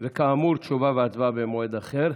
כאמור, תשובה והצבעה במועד אחר.